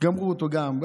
גמרו אותו גם.